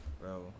bro